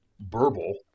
Burble